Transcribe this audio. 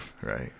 Right